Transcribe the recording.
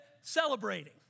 celebrating